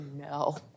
no